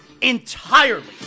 entirely